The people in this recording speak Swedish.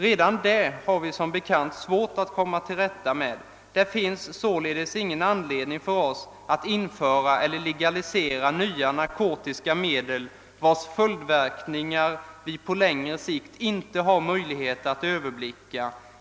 Redan det har vi som bekant svårt att komma till rätta med. Det finns således ingen anledning för oss att införa eller legalisera nya narkotiska medel, vars olika följdverkningar vi på längre sikt inte har möjligheter att överblicka.